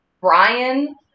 Brian